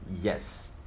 Yes